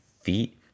feet